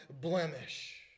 blemish